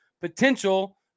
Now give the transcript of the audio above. Potential